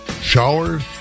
showers